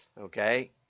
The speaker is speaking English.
Okay